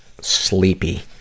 sleepy